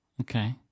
Okay